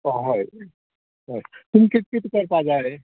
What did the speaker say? आं हय हय तुमका कित कित करपा जाय